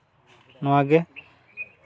ᱱᱚᱣᱟᱜᱮ